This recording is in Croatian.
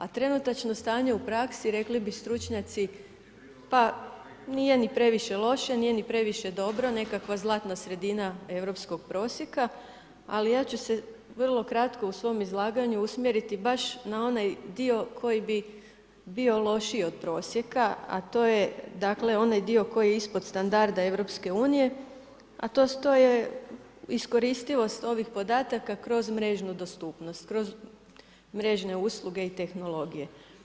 A trenutačno stanje u praksi rekli bi stručnjaci pa nije ni previše loše, nije ni previše dobro nekakva zlatna sredina europskog prosjeka, ali ja ću se vrlo kratko u svom izlaganju usmjeriti baš na onaj dio koji bi bio lošiji od prosjeka, a to je onaj dio koji je ispod standarda EU, a to što je iskoristivost ovih podataka kroz mrežnu dostupnost, kroz mrežne usluge i tehnologije.